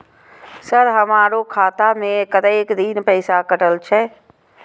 Sir हमारो खाता में कतेक दिन पैसा कटल छे?